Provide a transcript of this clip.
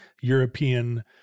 European